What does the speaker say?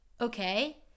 Okay